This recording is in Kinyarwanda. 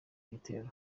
gitero